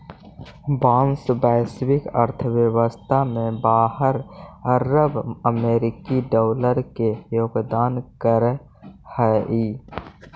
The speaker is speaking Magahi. बाँस वैश्विक अर्थव्यवस्था में बारह अरब अमेरिकी डॉलर के योगदान करऽ हइ